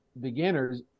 beginners